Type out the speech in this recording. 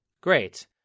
Great